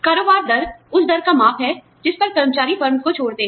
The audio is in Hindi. कारोबार दर उस दर का माप है जिस पर कर्मचारी फर्म को छोड़ते हैं